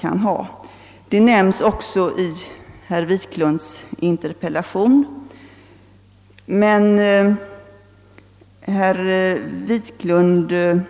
Detta spörsmål nämns också i herr Wiklunds interpellation, där det dock uttalas bl.a.